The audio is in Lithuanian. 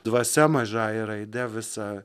dvasia mažąja raide visa